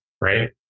Right